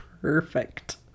perfect